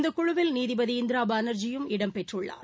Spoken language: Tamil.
இந்தகுழுவில் நீதிபதி இந்திராபானர்ஜியும் இடம்பெற்றுள்ளார்